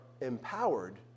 empowered